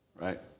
right